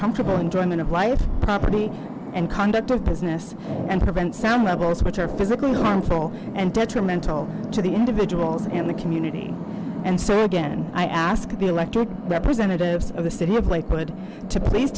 comfortable enjoyment of life property and conduct of business and prevent sound levels which are physically harmful and detrimental to the individuals and the community and so again i ask the elected representatives of the city of lakewood to please